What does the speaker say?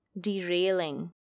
derailing